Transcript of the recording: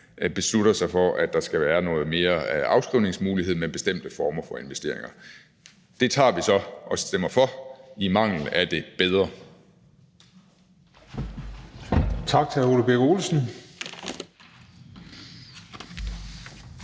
beslutter sig for, at der skal være nogle flere afskrivningsmuligheder ved bestemte former for investeringer. Det tager vi så og stemmer for i mangel af det bedre.